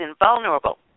invulnerable